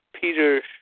Peter